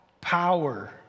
power